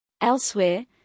Elsewhere